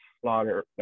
Slaughter